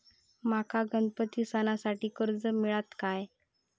माका गणपती सणासाठी कर्ज मिळत काय?